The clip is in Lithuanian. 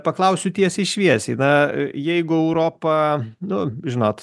paklausiu tiesiai šviesiai na jeigu europa nu žinot